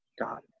God